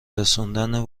رسوندن